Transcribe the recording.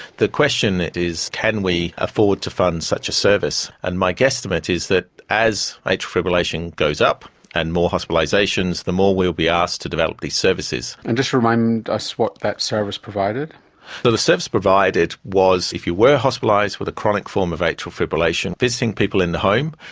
the question is can we afford to fund such a service? and my guesstimate is that as atrial fibrillation goes up and more hospitalisations, the more we will be asked to develop these services. and just remind us what that service provided? what the service provided was if you were hospitalised with a chronic form of atrial fibrillation, visiting people in the home,